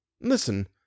Listen